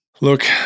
Look